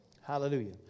Hallelujah